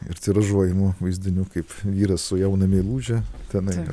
ir tiražuojamų vaizdinių kaip vyras su jauna meiluže tenai